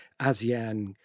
ASEAN